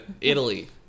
Italy